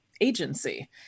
agency